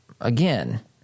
again